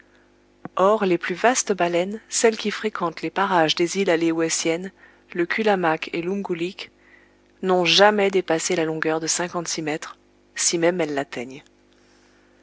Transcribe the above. or les plus vastes baleines celles qui fréquentent les parages des îles aléoutiennes le kulammak et l'umgullick n'ont jamais dépassé la longueur de cinquante-six mètres si même elles l'atteignent